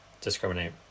discriminate